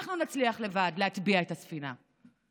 אנחנו נצליח לבד להטביע את הספינה.